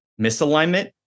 misalignment